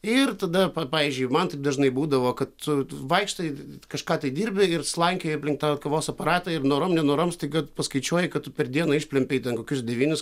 ir tada pavyzdžiui man taip dažnai būdavo kad tu vaikštai kažką dirbi ir slankioji aplink tą kavos aparatą ir norom nenorom staiga paskaičiuoji kad tu per dieną išplempei ten kokius devynis